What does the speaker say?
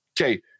okay